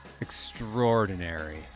extraordinary